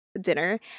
dinner